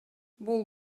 бул